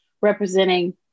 representing